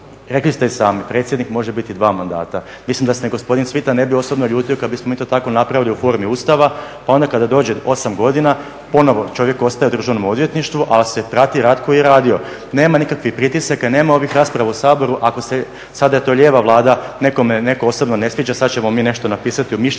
Rekli ste i sami predsjednik može biti dva mandata, mislim da se gospodin Cvitan ne bi osobno ljutio kada bismo mi to tako napravili u formi Ustava, pa onda kada dođe 8 godina ponovo čovjek ostaje u Državnom odvjetništvu ali se prati rad koji je radio. Nema nikakvih pritisaka, nema ovih rasprava u Saboru ako se sada da je to lijeva Vlada nekome neko osobno ne sviđa sada ćemo mi nešto napisati u mišljenju